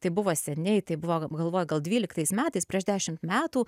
tai buvo seniai tai buvo galvoju gal dvyliktais metais prieš dešimt metų